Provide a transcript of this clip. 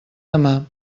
demà